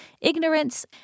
ignorance